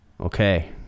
okay